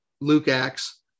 Luke-Acts